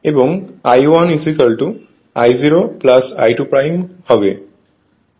এবং I1 I₀ I2 হবে